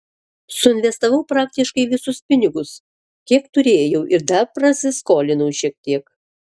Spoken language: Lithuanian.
suinvestavau praktiškai visus pinigus kiek turėjau ir dar prasiskolinau šiek tiek